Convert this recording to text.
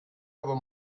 aber